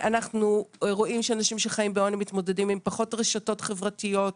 אנחנו רואים שאנשים שחיים בעוני מתמודדים עם פחות רשתות חברתיות,